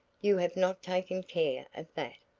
you have not taken care of that.